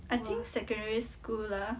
I think secondary school lah